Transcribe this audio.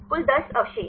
कुल 10 अवशेष